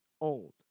Old